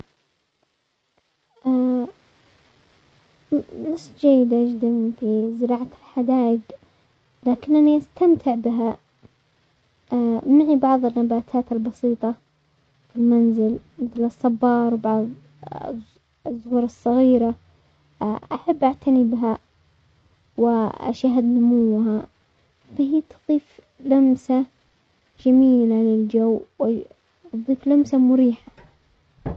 لست جيدة جدا في زراعة الحدايق، لكنني استمتع بها، معي بعض النباتات البسيطة في المنزل مثل الصبار بعض الز-الزهور الصغيرة، احب اعتني بها واشاهد نموها، فهي تضيف لمسة جميلة للجو و تضيف لمسة مريحة.